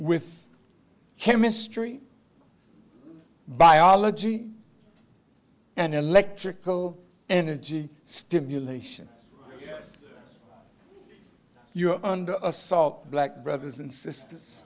with chemistry biology and electrical energy stimulation you're under assault black brothers and sisters